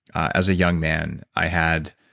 as a young man i had.